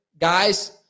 Guys